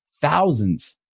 thousands